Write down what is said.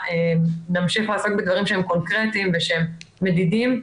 נמשיך לעסוק בדברים שהם קונקרטיים ושהם מדידים,